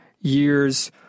years